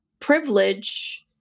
privilege